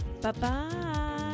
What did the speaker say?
Bye-bye